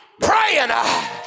praying